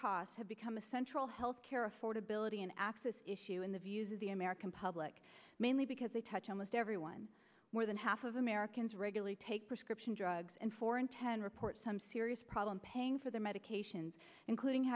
costs have become a central health care affordability an access issue and the views of the american public mainly because they touch almost everyone more than half of americans regularly take prescription drugs and four in ten report some serious problem paying for their medications including